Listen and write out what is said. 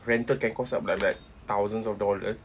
rental can cost up like like thousands of dollars